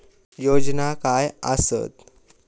योजना काय आसत?